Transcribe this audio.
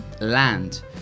land